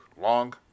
long